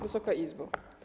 Wysoka Izbo!